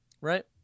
Right